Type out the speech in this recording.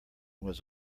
was